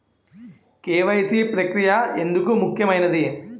KYC ప్రక్రియ ఎందుకు ముఖ్యమైనది?